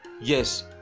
Yes